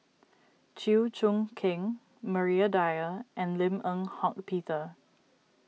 Chew Choo Keng Maria Dyer and Lim Eng Hock Peter